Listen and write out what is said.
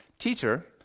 Teacher